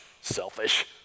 selfish